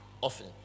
often